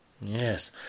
Yes